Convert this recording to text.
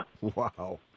Wow